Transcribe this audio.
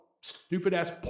stupid-ass